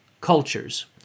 cultures